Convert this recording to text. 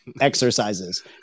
exercises